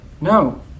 No